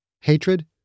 Hatred